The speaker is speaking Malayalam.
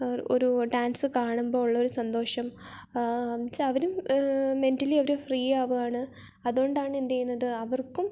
ഒരു ഡാൻസ് കാണുമ്പോൾ ഉള്ളൊരു സന്തോഷം എന്നു വച്ചാൽ അവരും മെൻ്റലി അവർ ഫ്രീ ആവുകയാണ് അതുകൊണ്ടാണ് എന്തു ചെയ്യുന്നത് അവർക്കും